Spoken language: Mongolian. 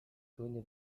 түүний